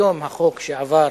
היום החוק שעבר,